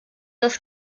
das